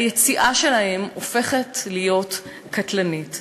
היציאה שלהם הופכת להיות קטלנית.